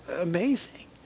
amazing